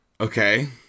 Okay